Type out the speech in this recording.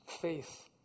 faith